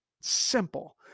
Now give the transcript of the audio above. simple